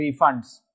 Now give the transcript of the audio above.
refunds